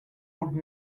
would